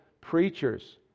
preachers